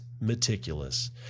meticulous